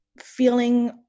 feeling